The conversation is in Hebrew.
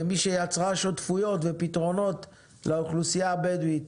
כמי שיצרה שותפויות ופתרונות לאוכלוסייה הבדווית: